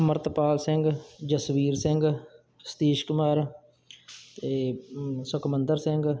ਅੰਮ੍ਰਿਤਪਾਲ ਸਿੰਘ ਜਸਵੀਰ ਸਿੰਘ ਸਤੀਸ਼ ਕੁਮਾਰ ਅਤੇ ਸੁਖਮਿੰਦਰ ਸਿੰਘ